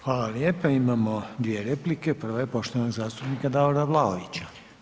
Hvala lijepo, imamo dvije replike, prva je poštovanog zastupnika Davora Vlaovića.